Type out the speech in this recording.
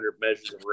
measures